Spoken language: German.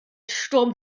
sturm